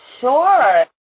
Sure